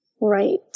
Right